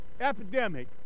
epidemic